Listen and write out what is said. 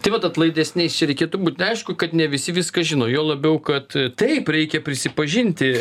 tai vat atlaidesniais čia reikėtų būt aišku kad ne visi viską žino juo labiau kad taip reikia prisipažinti